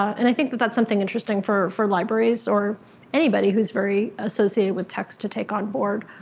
and i think that that's something interesting for for libraries or anybody who's very associated with text to take on board.